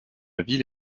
ville